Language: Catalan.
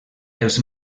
els